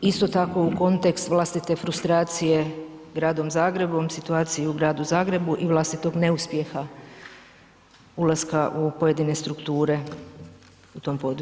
isto tako u kontekst vlastite frustracije Gradom Zagrebom, situacijom u Gradu Zagrebu i vlastitog neuspjeha ulaska u pojedine strukture u tom području.